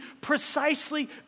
precisely